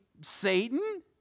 Satan